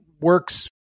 works